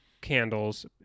candles